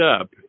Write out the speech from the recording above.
up